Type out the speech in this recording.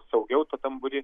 saugiau tam būry